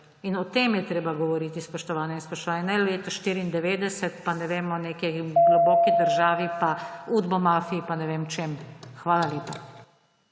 O tem je treba govoriti, spoštovane in spoštovani, ne o letu 1994, pa ne vem, o neki globoki državi, pa udbomafiji, pa ne vem čem. Hvala lepa.